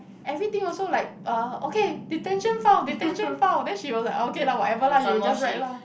everything also like uh okay detention found detention found then she will like okay lah whatever lah you just write lah